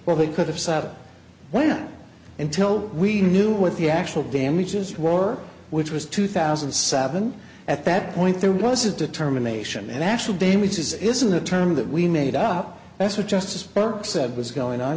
well they could have sat a while until we knew what the actual damages war which was two thousand and seven at that point there was a determination of actual damages isn't a term that we made up that's what justice burke said was going on